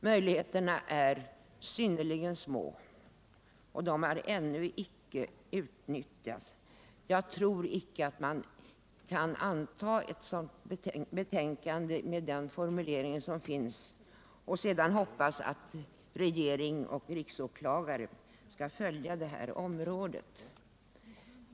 Möjligheterna är synnerligen små, och de har ännu icke utnyttjats. Jag tror inte att man kan anta betänkandet med den här formuleringen och sedan hoppas att regering och riksåklagare skall följa dessa problem.